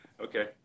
okay